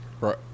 Right